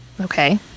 okay